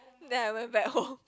then I went back home